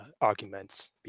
arguments